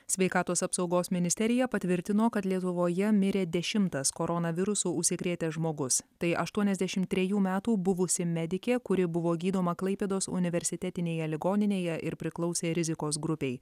sveikatos apsaugos ministerija patvirtino kad lietuvoje mirė dešimtas koronavirusu užsikrėtęs žmogus tai aštuoniasdešim trejų metų buvusi medikė kuri buvo gydoma klaipėdos universitetinėje ligoninėje ir priklausė rizikos grupei